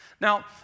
Now